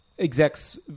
execs